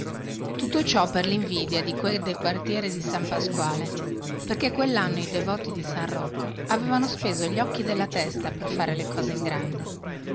tutto ciò per linvidia di que del quartiere di san pasquale quellanno i devoti di san rocco avevano speso gli occhi della testa per far le cose in grande